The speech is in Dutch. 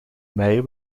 mij